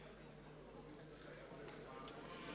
לא נתקבלה.